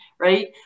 right